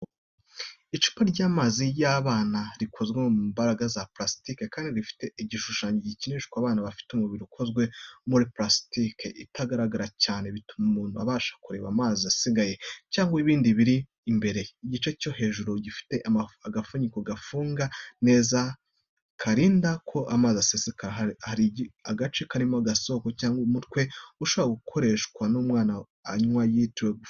Icupa ry’amazi ry’abana rikozwe mu mbaraga za parasitike kandi rifite igishushanyo gikinisha abana. Ifite umubiri ukozwe muri parastike itagaragara cyane, bituma umuntu abasha kureba amazi asigaye cyangwa ibindi biri imbere. Igice cyo hejuru gifite agafuniko gafunga neza, karinda ko amazi aseseka. Hari agace karimo agasoko cyangwa umutwe ushobora gukoreshwa n’umwana anywa atiriwe afungura hose.